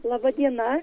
laba diena